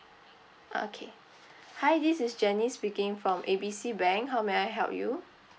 okay hi this is janice speaking from A B C bank how may I help you